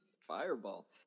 fireball